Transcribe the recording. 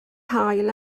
haul